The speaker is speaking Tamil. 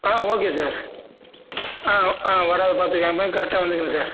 ஆ ஓகே சார் ஆ ஆ வராமல் பார்த்துக்கிறேன் அதே மாரி கரெக்டா வந்துக்கிறேன் சார்